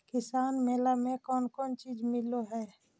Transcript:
किसान मेला मे कोन कोन चिज मिलै है?